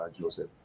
Joseph